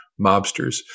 mobsters